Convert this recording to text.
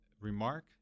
remark